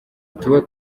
tuba